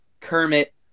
Kermit